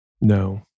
no